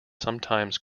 sometimes